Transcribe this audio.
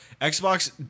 Xbox